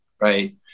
right